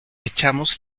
echamos